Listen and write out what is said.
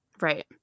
Right